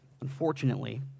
Unfortunately